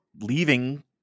leaving